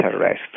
arrest